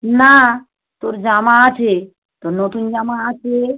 না তোর জামা আছে তোর নতুন জামা আছে